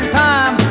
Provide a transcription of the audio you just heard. time